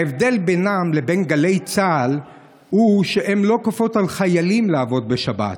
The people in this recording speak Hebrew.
ההבדל בינם לבין גלי צה"ל הוא שהן לא כופות על חיילים לעבוד בשבת.